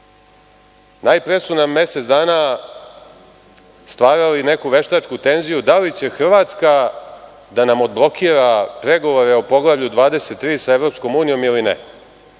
Najpre su nam mesec dana stvarali neku veštačku tenziju da li će Hrvatska da nam odblokira pregovore o Poglavlju 23 sa EU ili ne.